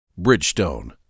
Bridgestone